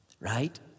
Right